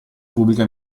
pubblica